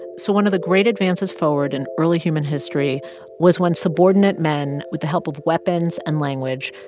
so one of the great advances forward in early human history was when subordinate men, with the help of weapons and language,